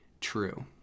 true